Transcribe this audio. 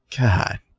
God